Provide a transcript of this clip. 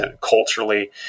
culturally